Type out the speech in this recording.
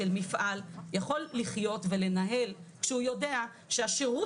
של מפעל יכול לחיות ולנהל כשהוא יודע שהשירות